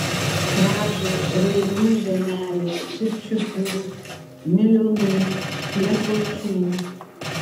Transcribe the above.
kražių rainių žemelės pirčiupių miliūnų klepočių